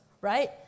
right